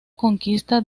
conquista